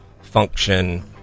function